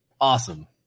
awesome